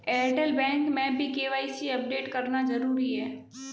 Airtel bank में भी KYC update करना जरूरी है